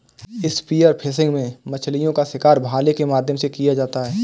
spear fishing में मछलीओं का शिकार भाले के माध्यम से किया जाता है